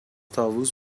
طاووس